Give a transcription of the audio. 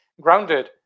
grounded